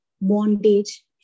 bondage